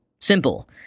Simple